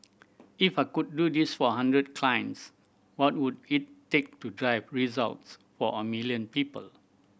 if I could do this for hundred clients what would it take to drive results for a million people